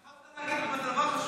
שכחת להגיד דבר חשוב.